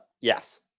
Yes